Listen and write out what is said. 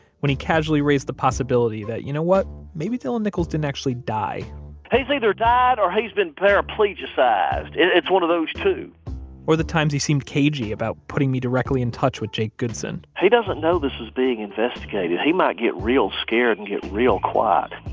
when he casually raised the possibility that, you know what, maybe dylan nichols didn't actually die he's either died or he's been paraplegicized. it's one of those two or the times he seemed cagey about putting me directly in touch with jake goodson he doesn't know this is being investigated. he might get real scared and get real quiet.